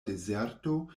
dezerto